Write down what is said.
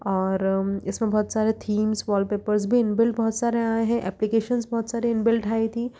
और इसमें बहुत सारे थीम्स वॉलपेपर्स भी इनबिल्ट बहुत सारे आए हैं एप्लीकेशंस बहुत सारे इनबिल्ट आई थीं